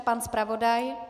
Pan zpravodaj?